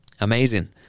Amazing